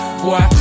boy